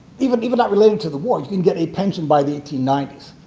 even even not related to the war, you could get a pension by the eighteen ninety s.